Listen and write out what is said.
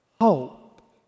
hope